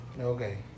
Okay